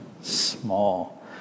small